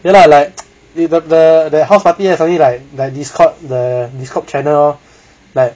ya lah like if the the house party then suddenly like like Discord the Discord channel lor